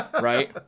right